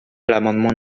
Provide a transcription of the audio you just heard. l’amendement